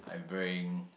bring